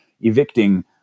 evicting